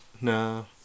No